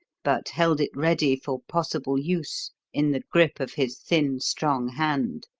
but held it ready for possible use in the grip of his thin, strong hand.